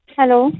Hello